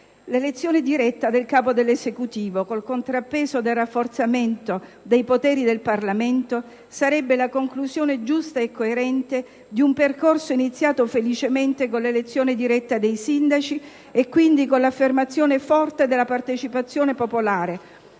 L'elezione diretta del Capo dell'Esecutivo con il contrappeso del rafforzamento dei poteri del Parlamento sarebbe la conclusione giusta e coerente di un percorso iniziato felicemente con l'elezione diretta dei sindaci e quindi con l'affermazione forte della partecipazione popolare.